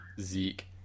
Zeke